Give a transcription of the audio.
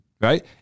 right